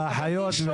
החיות,